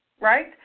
right